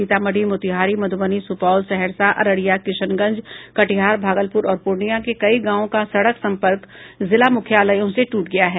सीतामढ़ी मोतिहारी मधुबनी सुपौल सहरसा अररिया किशनगंज कटिहार भागलपुर और पूर्णियां के कई गांवों का सड़क सम्पर्क जिला मुख्यालयों से टूट गया है